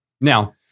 now